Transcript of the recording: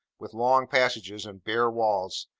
with long passages and bare walls,